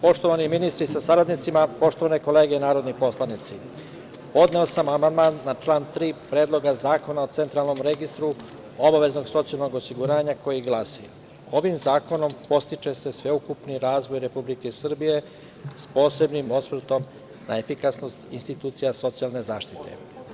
Poštovani ministri sa saradnicima, poštovane kolege narodni poslanici, podneo sam amandman na član 3. Predloga zakona o Centralnom registru obaveznog socijalnog osiguranja koji glasi: „Ovim zakonom podstiče se sveukupni razvoj Republike Srbije s posebnim osvrtom na efikasnost institucija socijalne zaštite“